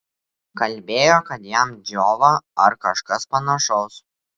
kalbėjo kad jam džiova ar kažkas panašaus